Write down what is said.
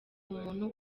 umuntu